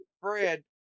Fred